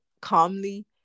calmly